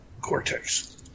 cortex